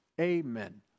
Amen